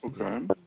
Okay